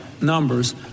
numbers